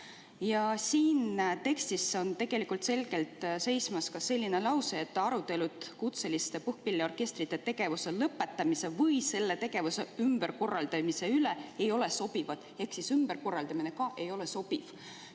Siin tekstis seisab tegelikult selgelt ka selline lause: "Arutelud kutseliste puhkpilliorkestrite tegevuse lõpetamise või selle tegevuse ümberkorraldamise üle ei ole sobivad." Ehk ümberkorraldamine ka ei ole sobiv.